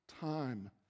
time